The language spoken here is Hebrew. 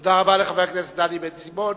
תודה רבה לחבר הכנסת דני בן-סימון.